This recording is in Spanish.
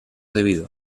debido